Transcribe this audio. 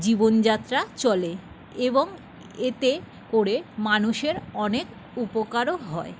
জীবনযাত্রা চলে এবং এতে করে মানুষের অনেক উপকারও হয়